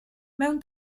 mewn